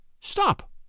Stop